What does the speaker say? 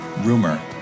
Rumor